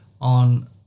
on